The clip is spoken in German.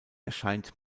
erscheint